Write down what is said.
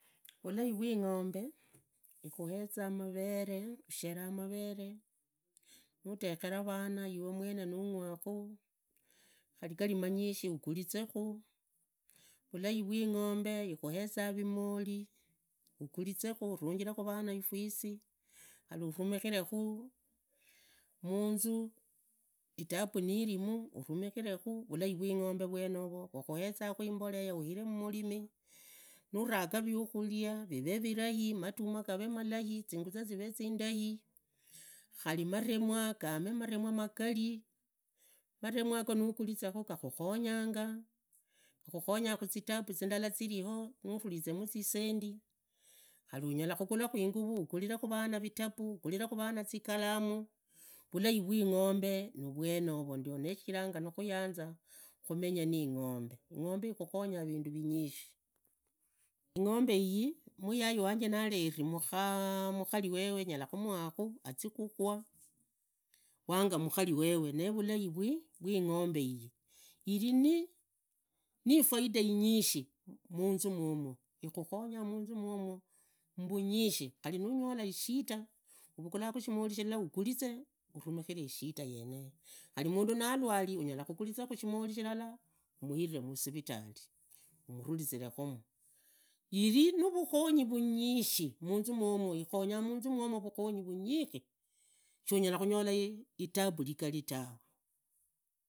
Vulai vwa ingombe ikhueza mavere, usheva mavere nutekhera vana ivemwene nugwakhu, khari gari manyishi uguvizekhu, vulai vwi ingombe ikhueza vimoli, uguvizekhu, uvungire vana ifisi, khari uvumighirekhu munzu, itabu nivimu uvumikhirekhu, vulai vwi ingombe vwenovo vukhuezakhu imbolea uhive mumurimi, navakha vikhuria vivee vilai, nurakhu maduma gave malai, nurakha zinguza zivee zindai khari navermwa gaanze maremwa magali, maduuma yago nuuguliza khu gakhukhonyanga. Gakhukhonya muzitabu zindi ziriono nuruviza zisendi, khari unyala khugurakhu inguvu ugariku vana vitabu vana zikalamo vulai vwing'ombe ni vwenovo, ne shichiranga nakhuyanza khumenya niingombe. Ingombe ikhukhonya vindu vinyishi ing'ombe ii, muyai wanje nareri mukhari wewe nyala khumuukhu azikhuo wanga mukhari wewe, nee vulai vwi vwi ingombe iyi. Irini ifaida inyishi munzu mwomwo, ikhukhonya munzu mwomo mbunyishi khari nunyoli ishida uvughulakhu shimulu shilala ugurizee uvumikhiree ishinda geneyo, khari mundu nalwali unyala khagurizakhu shimoli shilala umuhire musivitari uruvizivekhumu. Ivi navukho nyi vunyishi manzu unwomo iri na vukhozyi vunyishi manzu mwomo vukhonyi vanyikhi shiangala khunyola itabu ligali tawe.